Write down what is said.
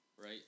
right